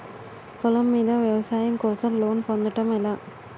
పొలం మీద వ్యవసాయం కోసం లోన్ పొందటం ఎలా?